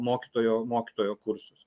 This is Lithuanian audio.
mokytojo mokytojo kursus